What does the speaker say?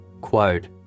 quote